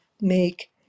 make